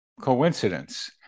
coincidence